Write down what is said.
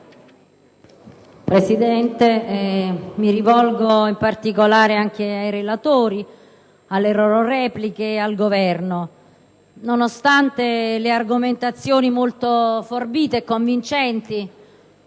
Presidente, mi rivolgo in particolare ai relatori, alle loro repliche ed al Governo. Nonostante le argomentazioni molto forbite e convincenti